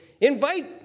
Invite